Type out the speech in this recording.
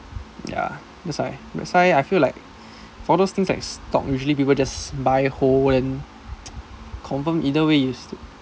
that's why I feel like for those things like stocks usually people just buy whole then confirm either way is